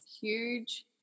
huge